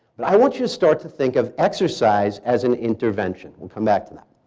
but i want you to start to think of exercise as an intervention. we'll come back to that.